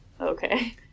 Okay